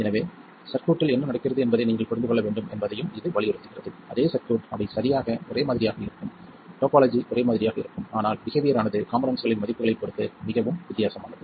எனவே சர்க்யூட்டில் என்ன நடக்கிறது என்பதை நீங்கள் புரிந்து கொள்ள வேண்டும் என்பதையும் இது வலியுறுத்துகிறது அதே சர்க்யூட் அவை சரியாக ஒரே மாதிரியாக இருக்கும் டோபோலஜி ஒரே மாதிரியாக இருக்கும் ஆனால் பிஹேவியர் ஆனது காம்போனென்ட்ஸ்களின் மதிப்புகளைப் பொறுத்து மிகவும் வித்தியாசமானது